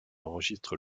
enregistre